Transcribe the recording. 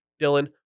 Dylan